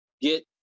Get